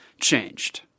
changed